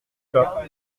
pas